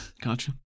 Gotcha